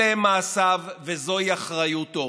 אלה הם מעשיו וזוהי אחריותו.